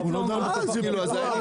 הזייה,